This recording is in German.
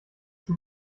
tut